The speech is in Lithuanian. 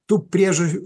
tų priežodžių